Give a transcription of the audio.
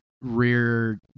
rear